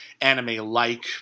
anime-like